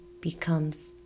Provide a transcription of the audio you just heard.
becomes